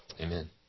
Amen